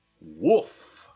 woof